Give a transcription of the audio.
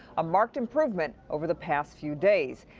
a marked improveent over the past few days.